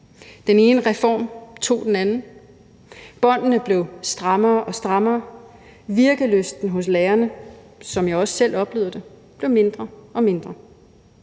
Den ene reform tog den anden. Båndene blev strammere og strammere. Virkelysten hos lærerne, som jeg også selv oplevede det, blev mindre og mindre.